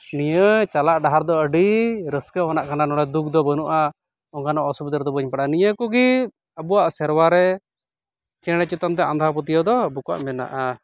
ᱱᱤᱭᱟᱹ ᱪᱟᱞᱟᱜ ᱰᱟᱦᱟᱨ ᱫᱚ ᱟᱹᱰᱤ ᱨᱟᱹᱥᱠᱟᱹ ᱟᱱᱟᱜ ᱠᱟᱱᱟ ᱱᱚᱚᱰᱮ ᱫᱩᱠ ᱫᱚ ᱵᱟᱹᱱᱩᱜᱼᱟ ᱚᱱᱠᱟᱱ ᱚᱥᱩᱵᱤᱫᱷᱟ ᱨᱮᱫᱚ ᱵᱟᱹᱧ ᱯᱟᱲᱟᱜᱼᱟ ᱱᱤᱭᱟᱹ ᱠᱚᱜᱮ ᱟᱵᱚᱣᱟᱜ ᱥᱮᱨᱣᱟ ᱨᱮ ᱪᱮᱬᱮ ᱪᱮᱛᱟᱱ ᱛᱮ ᱟᱸᱫᱷᱟ ᱯᱟᱹᱛᱭᱟᱹᱣ ᱫᱚ ᱟᱵᱚ ᱠᱚᱣᱟᱜ ᱢᱮᱱᱟᱜᱼᱟ